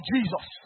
Jesus